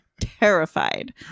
terrified